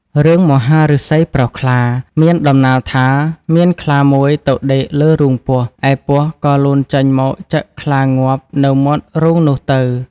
រឿង មហាឫសីប្រោសខ្លា មានដំណាលថា មានខ្លាមួយទៅដេកលើរូងពស់ ឯពស់ក៏លូនចេញមកចឹកខ្លាងាប់នៅមាត់រូងនោះទៅ។